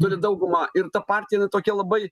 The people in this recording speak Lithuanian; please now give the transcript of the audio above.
turi daugumą ir ta partija jinai tokia labai